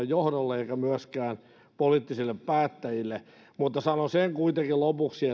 johdolle eikä myöskään poliittisille päättäjille sanon kuitenkin lopuksi